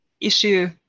issue